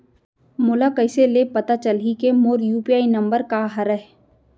मोला कइसे ले पता चलही के मोर यू.पी.आई नंबर का हरे?